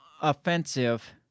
offensive—